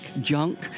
junk